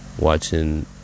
watching